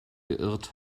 geirrt